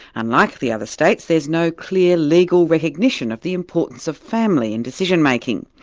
unlike the other states, there's no clear legal recognition of the importance of family and decision-making.